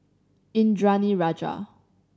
Indranee Rajah